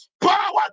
power